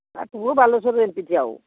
ତା ପୁଅ ବାଲେଶ୍ୱରରେ ଏମ୍ପି ଠିଆ ହେବ